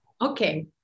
Okay